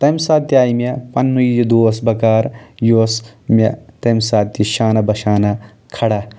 تمہِ ساتہٕ تہِ آیہِ مےٚ پَنٕنُے یہِ دوس بکار یہِ اوس مےٚ تَمہِ ساتہٕ تہِ شانہ بہ شانہ کھڑا